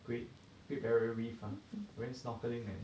great great barrier reef ah went snorkeling and